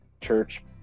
church